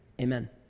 Amen